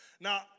Now